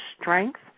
strength